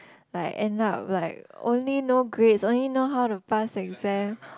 like end up like only know grades only know how to pass exam